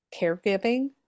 caregiving